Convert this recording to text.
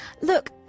Look